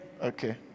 Okay